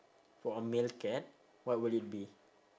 for a male cat what will it be